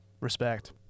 respect